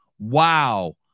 Wow